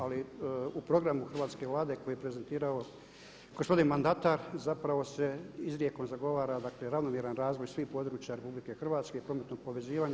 Ali u programu hrvatske Vlade koji je prezentirao gospodin mandatar zapravo se izrijekom zagovara, dakle ravnomjeran razvoj svih područja RH i prometnog povezivanja.